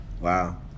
Wow